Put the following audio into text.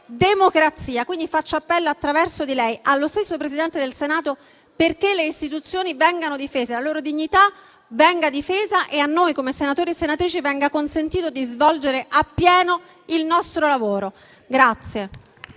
democrazia. Faccio appello, attraverso di lei, allo stesso Presidente del Senato, perché le istituzioni vengano difese nella loro dignità e a noi, come senatori e senatrici, venga consentito di svolgere appieno il nostro lavoro.